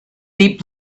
deep